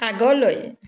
আগলৈ